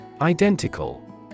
Identical